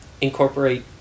incorporate